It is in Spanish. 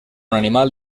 animal